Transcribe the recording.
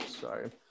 Sorry